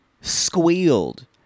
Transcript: squealed